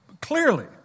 clearly